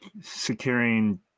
securing